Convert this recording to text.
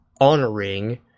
honoring